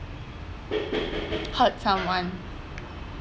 hurt someone